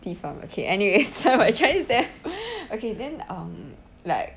地方 okay anyways but my chinese damn okay then um like